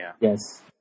Yes